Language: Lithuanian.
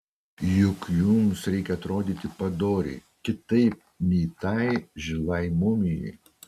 juk jums reikia atrodyti padoriai kitaip nei tai žilai mumijai